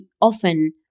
often